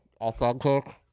authentic